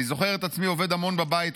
אני זוכר את עצמי עובד המון בבית,